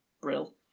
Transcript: brill